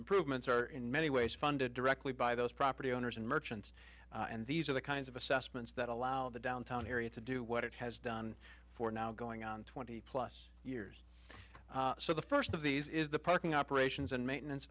improvements are in many ways funded directly by those property owners and merchants and these are the kinds of assessments that allow the downtown area to do what it has done for now going on twenty plus years so the first of these is the parking operations and maintenance